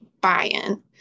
buy-in